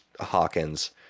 Hawkins